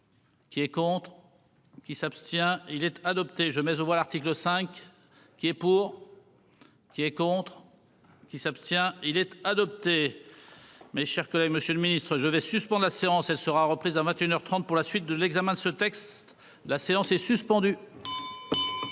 Qui est contre. Qui s'abstient il être adopté je mais voir l'article 5. Qui est pour. Qui est contre. Qui s'abstient-il être adopté. Mes chers collègues, Monsieur le Ministre, je vais suspend la séance elle sera reprise à 21h 30 pour la suite de l'examen de ce texte. La séance est suspendue.